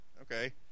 Okay